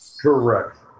Correct